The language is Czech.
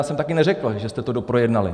Já jsem taky neřekl, že jste to doprojednali.